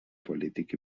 polític